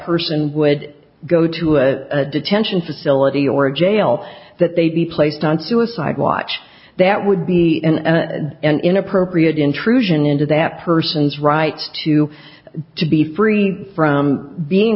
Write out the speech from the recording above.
person would go to a detention facility or a jail that they be placed on suicide watch that would be an inappropriate intrusion into that person's right to to be free from being